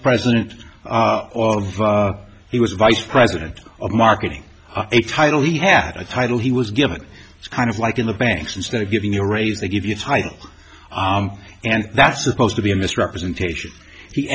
president he was vice president of marketing a title he had a title he was given it's kind of like in the banks instead of giving you a raise they give you a title and that's supposed to be a misrepresentation he